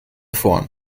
vorn